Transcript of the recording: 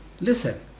Listen